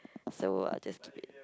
so I'll just keep it